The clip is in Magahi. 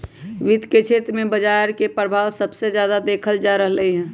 वित्त के क्षेत्र में बजार के परभाव सबसे जादा देखल जा रहलई ह